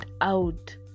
out